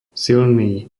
silný